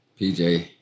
PJ